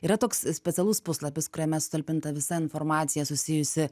yra toks specialus puslapis kuriame sutalpinta visa informacija susijusi